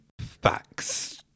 Facts